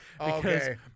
Okay